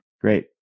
Great